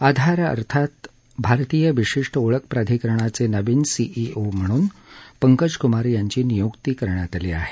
आधार अर्थात भारतीय विशिष्ट ओळख प्राधिकरणाचे नवीन सीईओ म्हणून पंकज कुमार यांची नियुक्ती करण्यात आली आहे